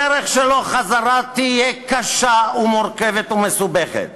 הדרך שלו חזרה תהיה קשה ומורכבת ומסובכת.